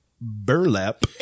burlap